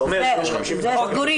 זה אומר שיהיו 50 מיליון שקל.